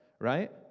right